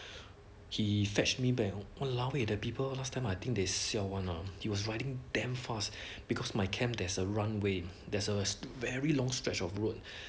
he fetch me back !walao! eh the people last time I think they siao one lah he was riding damn fast because my camp there's a runway there's a very long stretch of road